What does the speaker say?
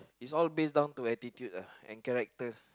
is all based down to attitude uh and character